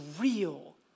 real